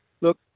look